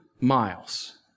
miles